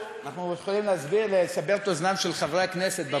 אנחנו יכולים לסבר את אוזנם של חברי הכנסת בבְּדַאלֺה,